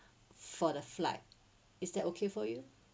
for the flight is that okay for you